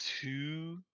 two